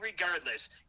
Regardless